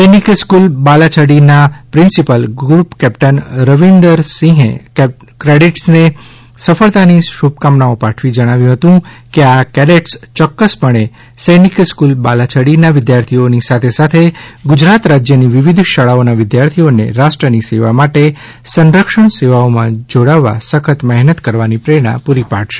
સૈનિક સ્ફૂલ બાલાછડીના principal group captain Ravinder સિંહે કેડેટ્સને સફળતાની શુભકામનાઓ પાઠવી જણાવ્યું હતું કે આ કેડેટ્સ ચોક્ક્સપણે સૈનિક સ્ફ્નલ બાલાછડીના વિદ્યાર્થીઓની સાથે સાથે ગુજરાત રાજ્યની વિવિધ શાળાઓના વિદ્યાર્થીઓને રાષ્ટ્રની સેવા માટે સંરક્ષણ સેવાઓમાં જોડાવવા સખત મહેનત કરવાની પ્રેરણા પૂરી પાડશે